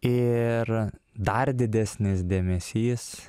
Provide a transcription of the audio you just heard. ir dar didesnis dėmesys